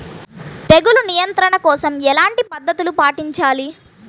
తెగులు నియంత్రణ కోసం ఎలాంటి పద్ధతులు పాటించాలి?